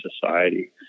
society